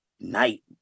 night